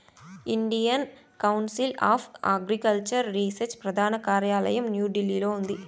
Indian council of agricultural research ప్రధాన కార్యాలయం న్యూఢిల్లీలో ఉంది